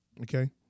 Okay